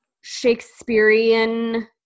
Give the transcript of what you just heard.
Shakespearean